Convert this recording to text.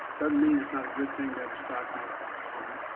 doesn't mean it's not a good thing that the stock market boomed.